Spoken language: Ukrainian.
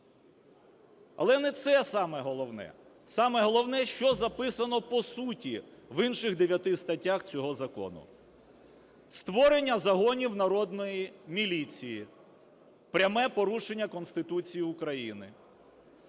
Але не це саме головне. Саме головне, що записано по суті в інших дев'яти статтях цього закону: створення загонів народної міліції - пряме порушення Конституції України;